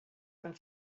and